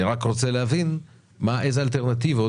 אני רק רוצה להבין איזה אלטרנטיבות,